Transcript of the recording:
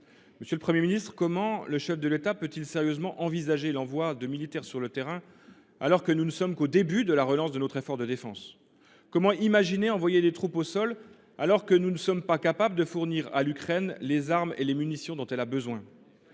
Monsieur le Premier ministre, comment le chef de l’État peut il sérieusement envisager l’envoi de militaires sur le terrain alors que nous ne sommes qu’au début de la relance de notre effort de défense ? Comment imaginer envoyer des troupes au sol, alors que nous ne sommes pas capables de fournir à l’Ukraine les armes et les munitions dont elle a besoin ?